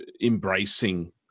embracing